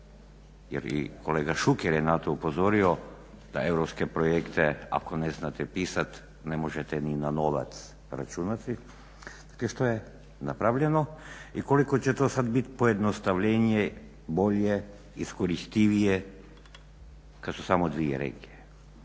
jer i kolega Šuker je na to upozorio da europske projekte ako ne znate pisat ne možete ni na novac računati. Dakle, što je napravljeno i koliko će to sad bit pojednostavljenje bolje, iskoristivije kad su samo dvije regije,